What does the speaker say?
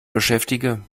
beschäftige